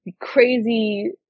crazy